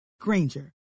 granger